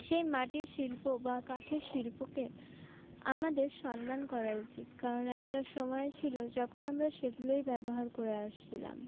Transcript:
সেই মাটির শিল্প বা কাঠের শিল্পকে আমাদের সম্মান করা উচিৎ কারণ একটা সময় ছিল যখন আমরা সেগুলোই ব্যবহার করে আসছিলাম